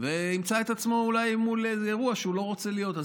וימצא את עצמו אולי מול אירוע שהוא לא רוצה להיות בו,